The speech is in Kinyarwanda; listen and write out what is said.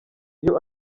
iyo